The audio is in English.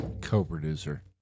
Co-producer